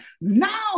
Now